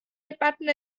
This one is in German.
debatten